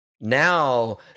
Now